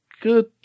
good